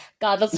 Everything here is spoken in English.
God